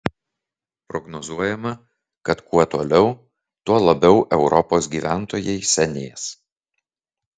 prognozuojama kad kuo toliau tuo labiau europos gyventojai senės